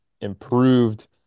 improved –